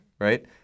right